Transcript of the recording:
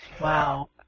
Wow